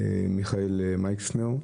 מיכאל מייקסנר,